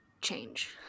change